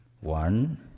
One